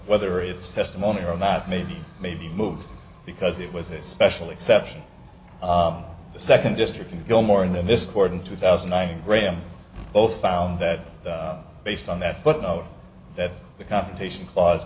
whether it's testimony or not maybe maybe move because it was a special exception the second district in gilmore in this court in two thousand i rate him both found that based on that footnote that the confrontation cla